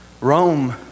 Rome